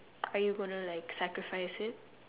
are you going to like sacrifice it